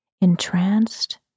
entranced